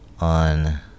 on